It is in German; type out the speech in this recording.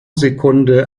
sekunde